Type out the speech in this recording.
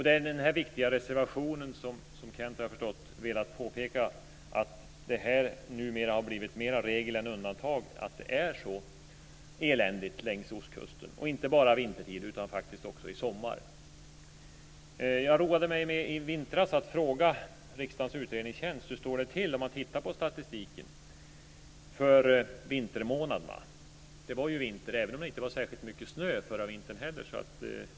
Det är med den viktiga reservationen som Kenth Högström har velat påpeka att det numera har blivit mera regel än undantag att det är så eländigt längs ostkusten, inte bara vintertid utan även nu i sommar. Jag roade mig i vintras med att fråga riksdagens utredningstjänst hur det står till i statistiken för vintermånaderna. Det var vinter, även om det inte var särskilt mycket snö förra vintern.